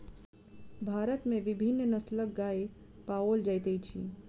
भारत में विभिन्न नस्लक गाय पाओल जाइत अछि